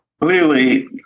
Clearly